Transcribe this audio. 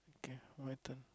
get wetter